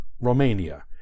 Romania